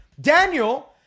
Daniel